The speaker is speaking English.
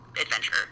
adventure